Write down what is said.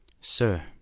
Sir